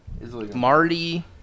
Marty